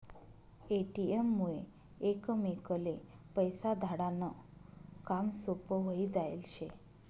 ATM मुये एकमेकले पैसा धाडा नं काम सोपं व्हयी जायेल शे